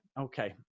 okay